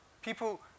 people